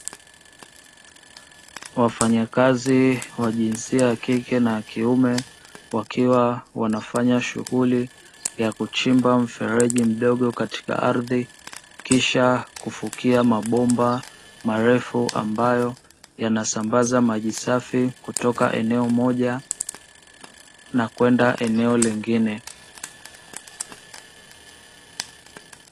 Wafanyakazi wa jinsia ya kike na ya kiume, wakiwa wanafanya shughuli ya kuchimba mferejinl mdogo katika ardhi, kisha kufukia mabomba marefu ambayo yanasambaza maji safi, kutoka eneo moja na kwenda eneo lingine.